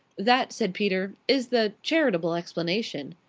that, said peter, is the charitable explanation.